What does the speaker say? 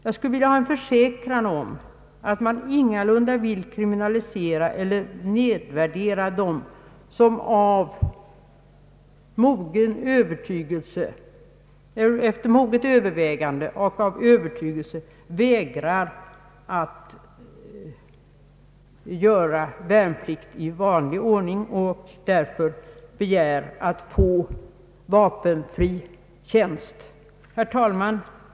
Jag skulle vilja ha en försäkran om att man ingalunda vill kriminalisera eller nedvärdera dem som efter moget övervägande och av övertygelse vägrar att göra värnplikt i vanlig ordning och därför begär att få vapenfri tjänst. Herr talman!